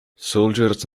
soldiers